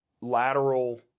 lateral